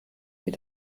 wir